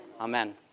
Amen